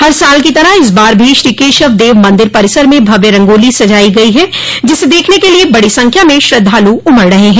हर साल की तरह इस बार भी श्री केशवदेव मंदिर परिसर में भव्य रंगोली सजायी गयी है जिसे देखने के लिए बड़ी संख्या में श्रद्वालु उमड़ रहे हैं